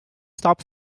stop